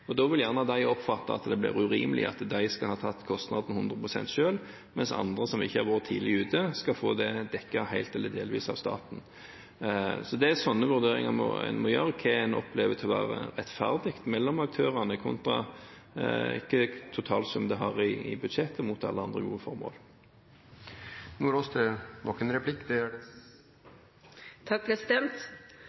og da vil de kunne oppfatte det som urimelig at de har tatt kostanden 100 pst. selv, mens andre, som ikke var tidlig ute, skal få dekket det helt eller delvis av staten. Det er sånne vurderinger av hva en opplever som rettferdig mellom aktørene kontra hvilken totalsum det har i budsjettet opp mot alle andre gode formål,